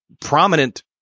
prominent